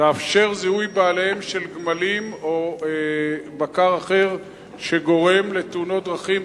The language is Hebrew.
תאפשר זיהוי בעליהם של גמלים או של בקר אחר שגורמים לתאונות דרכים,